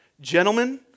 Gentlemen